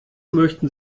möchten